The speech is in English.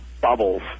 bubbles